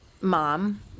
mom